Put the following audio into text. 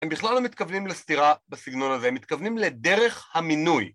הם בכלל לא מתכוונים לסתירה בסגנון הזה, הם מתכוונים לדרך המינוי.